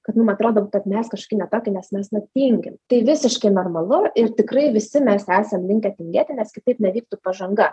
kad mum atrodo kad mes kažkokie ne tokie kas mes na tingim tai visiškai normalu ir tikrai visi mes esam linkę tingėti nes kitaip nevyktų pažanga